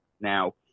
Now